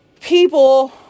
people